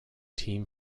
team